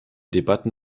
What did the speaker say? debatten